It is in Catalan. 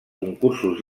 concursos